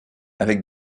avec